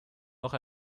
noch